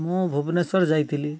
ମୁଁ ଭୁବନେଶ୍ୱର ଯାଇଥିଲି